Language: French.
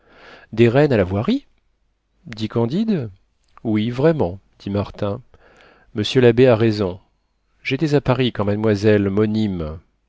des reines à la voirie dit candide oui vraiment dit martin monsieur l'abbé a raison j'étais à paris quand mademoiselle monime